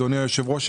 אדוני היושב-ראש,